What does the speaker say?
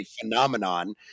phenomenon